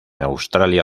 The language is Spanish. australia